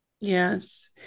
yes